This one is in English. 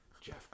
Jeff